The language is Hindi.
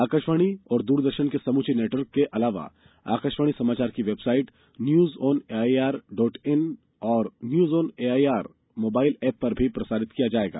आकाशवाणी और दूरदर्शन के समूचे नेटवर्क के अलावा आकाशवाणी समाचार की website news on A I R dot com और news on A I R mobile app पर भी प्रसारित किया जायेगा